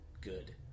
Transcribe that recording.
good